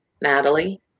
Natalie